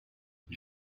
who